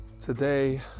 today